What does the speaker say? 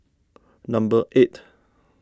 number eight